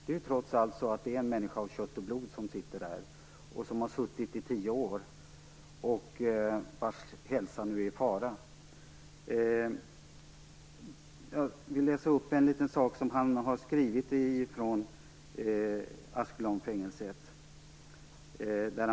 Det är trots allt en människa av kött och blod som sitter där, som har suttit i tio år och vars hälsa nu är i fara. Jag vill läsa upp en liten sak som han har skrivit från fängelset.